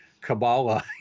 Kabbalah